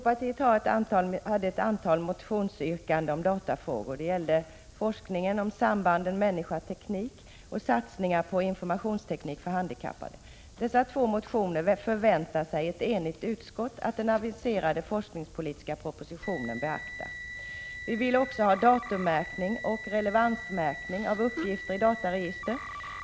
Herr talman! Folkpartiet hade ett antal motionsyrkanden om datafrågor. De gällde forskningen, sambandet människa-teknik och satsningar på informationsteknik för handikappade. Dessa två motioner förväntar sig ett enigt utskott att man kommer att beakta i den avviserade forskningspolitiska propositionen. Vi vill också ha datummärkning och relevansmärkning av uppgifter i dataregister.